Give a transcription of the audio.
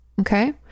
Okay